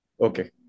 Okay